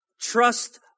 trust